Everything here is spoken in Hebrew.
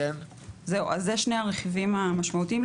אלו שני הרכיבים המשמעותיים.